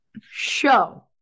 show